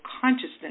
consciousness